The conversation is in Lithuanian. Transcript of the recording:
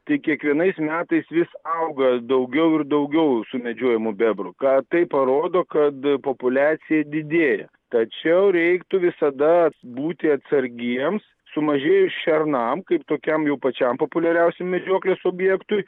tik kiekvienais metais vis auga daugiau ir daugiau sumedžiojamų bebrų ką tai parodo kad populiacija didėja tačiau reiktų visada būti atsargiems sumažėjus šernam kaip tokiam jau pačiam populiariausiam medžioklės objektui